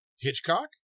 Hitchcock